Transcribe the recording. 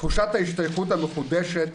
תחושת ההשתייכות המחודשת,